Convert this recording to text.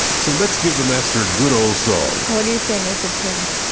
so, let's give the master a good old song. what do you sing with the kids?